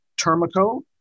Termico